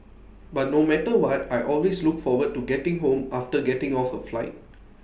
but no matter what I always look forward to getting home after getting off A flight